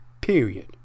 Period